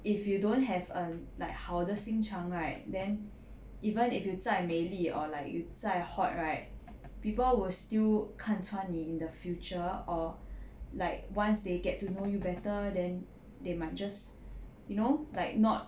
if you don't have a like 好的心肠 right then even if you 再美丽 or like you 再 hot right people will still 看穿你 in the future or like once they get to know you better then they might just you know like not